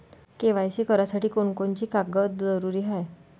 KYC करासाठी कोनची कोनची कागद जरुरी हाय?